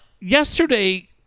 yesterday